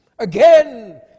again